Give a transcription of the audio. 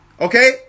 Okay